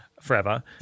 forever